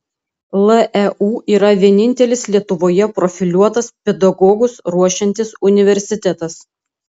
leu yra vienintelis lietuvoje profiliuotas pedagogus ruošiantis universitetas